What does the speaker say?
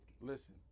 Listen